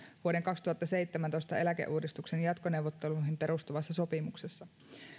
vuoden kaksituhattaseitsemäntoista eläkeuudistuksen jatkoneuvotteluihin perustuvassa sopimuksessa